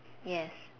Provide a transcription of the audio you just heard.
yes